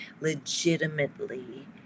legitimately